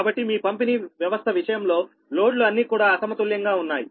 కాబట్టి మీ పంపిణీ వ్యవస్థ విషయంలో లోడ్ లు అన్నీ కూడా అసమతుల్యంగా ఉన్నాయి